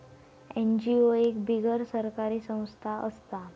NGO एक बिगर सरकारी संस्था असता